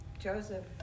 Joseph